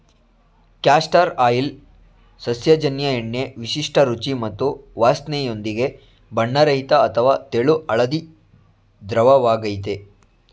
castor oil ಸಸ್ಯಜನ್ಯ ಎಣ್ಣೆ ವಿಶಿಷ್ಟ ರುಚಿ ಮತ್ತು ವಾಸ್ನೆಯೊಂದಿಗೆ ಬಣ್ಣರಹಿತ ಅಥವಾ ತೆಳು ಹಳದಿ ದ್ರವವಾಗಯ್ತೆ